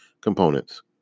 components